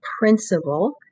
principle